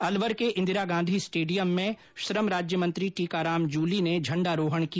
अलवर के इंदिरा गांधी स्टेडियम में श्रम राज्य मंत्री टीकाराम जूली ने झण्डारोहण किया